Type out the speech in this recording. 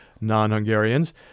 non-Hungarians